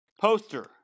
poster